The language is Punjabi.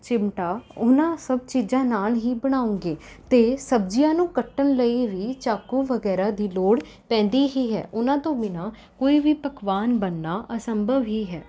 ਚਿਮਟਾ ਉਹਨਾਂ ਸਭ ਚੀਜ਼ਾਂ ਨਾਲ ਹੀ ਬਣਾਉਂਗੇ ਅਤੇ ਸਬਜ਼ੀਆਂ ਨੂੰ ਕੱਟਣ ਲਈ ਵੀ ਚਾਕੂ ਵਗੈਰਾ ਦੀ ਲੋੜ ਪੈਂਦੀ ਹੀ ਹੈ ਉਹਨਾਂ ਤੋਂ ਬਿਨਾਂ ਕੋਈ ਵੀ ਪਕਵਾਨ ਬਣਨਾ ਅਸੰਭਵ ਹੀ ਹੈ